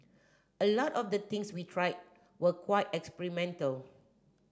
a lot of the things we tried were quite experimental